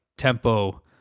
tempo